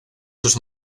sus